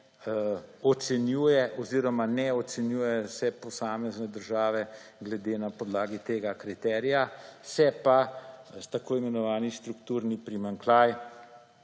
ocenjuje oziroma ne ocenjujejo se posamezne države na podlagi tega kriterija, se pa tako imenovani strukturni primanjkljaj